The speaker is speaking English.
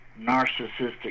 narcissistic